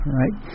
right